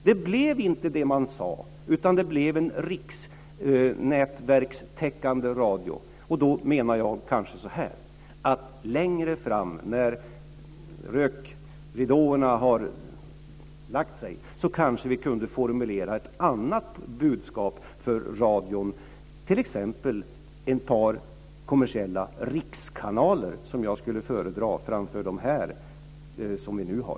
Det blev inte det man sade. Det blev en riksnätverkstäckande radio. Då menar jag att längre fram, när rökridåerna har lagt sig, kanske vi kunde formulera ett annat budskap för radion, t.ex. ett par kommersiella rikskanaler som jag skulle föredra framför dem vi nu har.